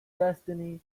destiny